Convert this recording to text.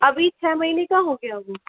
अभी छः महीने का हो गया वो